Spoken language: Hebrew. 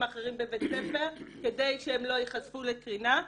אחרים בבית ספר כדי שהם לא יחשפו לקרינה.